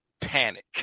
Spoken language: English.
panic